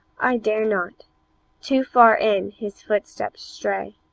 i dare not too far in his footsteps stray